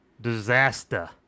Disaster